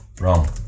wrong